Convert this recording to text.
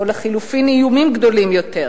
או לחלופין, איומים גדולים יותר.